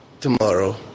tomorrow